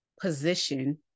position